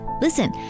Listen